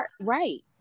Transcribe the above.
Right